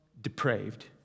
depraved